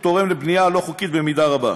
גם הוא תורם לבנייה הלא-חוקית, במידה רבה.